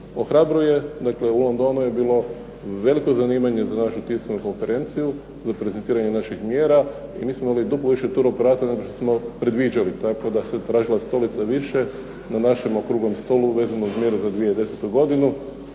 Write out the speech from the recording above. ohrabruje, dakle u Londonu je bilo veliko zanimanje za našu tiskovnu konferenciju, za prezentiranje naših mjera, i mi smo imali duplo više …/Govornik se ne razumije./… nego što smo predviđali, tako da se tražila stolica više na našem okruglom stolu vezano za mjeru za 2010. godinu.